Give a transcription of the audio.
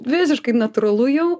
visiškai natūralu jau